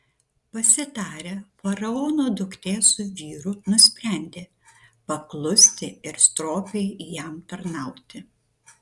pasitarę faraono duktė su vyru nusprendė paklusti ir stropiai jam tarnauti